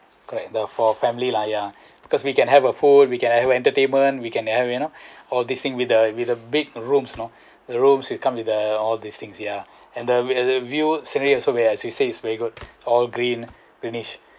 correct the for family lah ya because we can have a food we can have entertainment we can have you know all these thing with the with the big rooms you know the rooms with come with the all these things yeah and the we have the view scenery also as you said is very good all green greenish